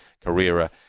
Carrera